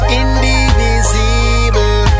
indivisible